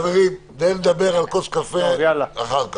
חברים, על זה נדבר על כוס קפה אחר כך.